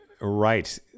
Right